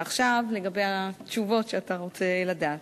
ועכשיו לגבי התשובות שאתה רוצה לדעת.